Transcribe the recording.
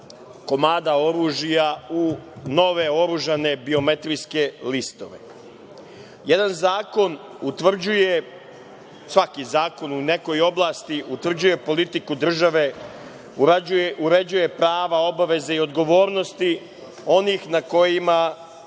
komada oružja u nove oružane biometrijske listove. Svaki zakon u nekoj oblasti utvrđuje politiku države, uređuje prava obaveze i odgovornosti onih na koje